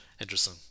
Interesting